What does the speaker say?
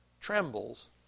trembles